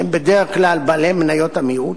שהם בדרך כלל בעלי מניות המיעוט,